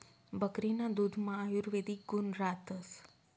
बकरीना दुधमा आयुर्वेदिक गुण रातस